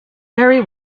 very